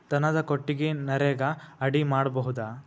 ದನದ ಕೊಟ್ಟಿಗಿ ನರೆಗಾ ಅಡಿ ಮಾಡಬಹುದಾ?